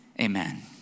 Amen